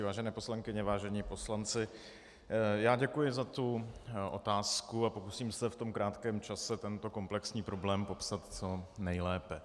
Vážené poslankyně, vážení poslanci, já děkuji za tu otázku a pokusím se v tom krátkém čase tento komplexní problém popsat co nejlépe.